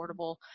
affordable